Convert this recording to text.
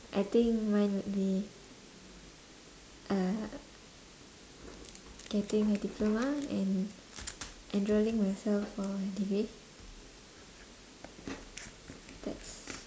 I think mine would be uh getting a diploma and enrolling myself for debate that's